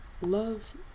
Love